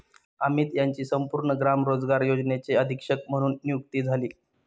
अमित यांची संपूर्ण ग्राम रोजगार योजनेचे अधीक्षक म्हणून नियुक्ती झाली